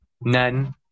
None